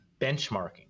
benchmarking